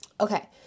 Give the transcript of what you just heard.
Okay